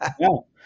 no